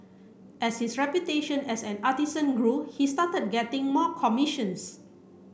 as his reputation as an artisan grew he started getting more commissions